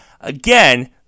again